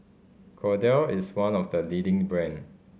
Kordel is one of the leading brand